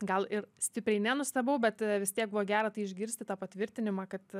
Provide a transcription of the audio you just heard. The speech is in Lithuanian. gal ir stipriai nenustebau bet vis tiek buvo gera tai išgirsti tą patvirtinimą kad